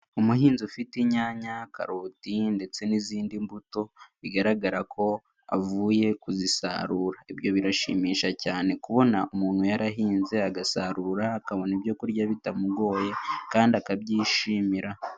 Umuhinzi ufite inyanya, karoti ndetse n'izindi mbuto, bigaragara ko avuye kuzisarura. Ibyo birashimisha cyane kubona umuntu yarahinze, agasarura, akabona ibyo kurya bitamugoye kandi akabyishimira.